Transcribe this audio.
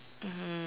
mmhmm